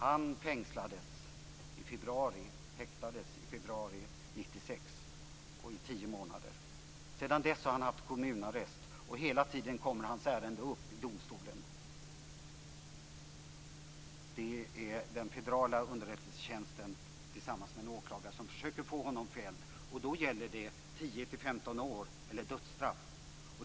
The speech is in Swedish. Han fängslades, han häktades februari 1996 i tio månader. Sedan dess har han haft kommunarrest, och hela tiden kommer hans ärende upp i domstolen. Det är den federala underrättelsetjänsten som tillsammans med en åklagare försöker få honom fälld. Då gäller det 10-15 år eller dödsstraff.